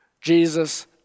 Jesus